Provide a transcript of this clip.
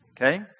Okay